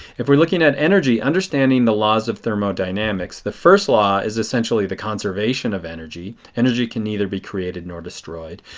if we are looking at energy, understanding the laws of thermodynamics. the first law is essentially the conservation of energy. energy can neither be created nor destroyed.